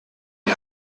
die